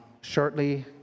shortly